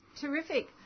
Terrific